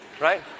right